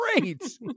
Great